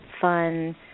fun